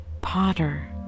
Potter